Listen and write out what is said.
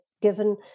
Given